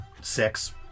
Six